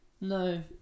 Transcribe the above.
No